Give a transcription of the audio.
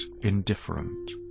indifferent